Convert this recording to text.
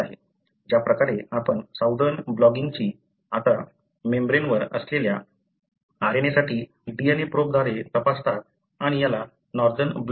ज्या प्रकारे आपण साऊदर्न ब्लॉटिंगची आता मेम्ब्रेनवर असलेल्या RNA साठी DNA प्रोबद्वारे तपासतात आणि याला नॉर्दर्न ब्लॉट म्हणतात